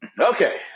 Okay